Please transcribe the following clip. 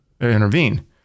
intervene